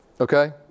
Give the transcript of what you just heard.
Okay